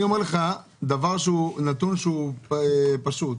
אני אומר לך נתון שהוא פשוט.